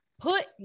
put